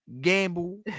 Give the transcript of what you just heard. Gamble